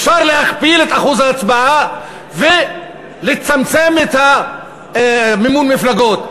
אפשר להכפיל את אחוז ההצבעה ולצמצם את מימון המפלגות.